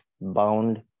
bound